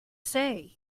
say